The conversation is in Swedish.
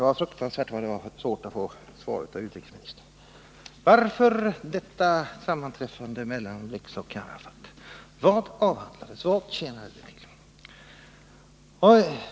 Herr talman! Det är fruktansvärt svårt att få svar av utrikesministern. Varför detta sammanträffande mellan Blix och Arafat? Vad avhandlades? Vad tjänade det till?